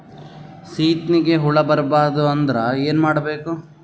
ಸೀತ್ನಿಗೆ ಹುಳ ಬರ್ಬಾರ್ದು ಅಂದ್ರ ಏನ್ ಮಾಡಬೇಕು?